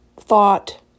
thought